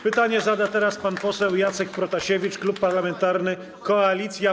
Pytanie zada teraz pan poseł Jacek Protasiewicz, Klub Parlamentarny Koalicja Polska.